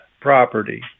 property